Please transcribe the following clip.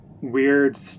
weird